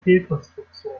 fehlkonstruktion